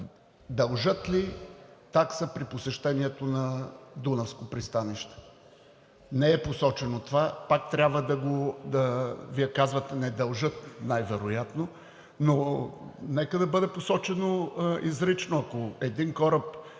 дължат ли такса при посещението на дунавско пристанище? Не е посочено това, пак трябва да го... Вие казвате, че не дължат най-вероятно, но нека да бъде посочено изрично. Ако един кораб